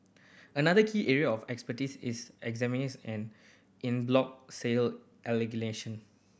another key area of expertise is an in bloc sale litigation